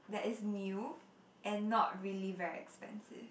that is new and not really very expensive